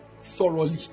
thoroughly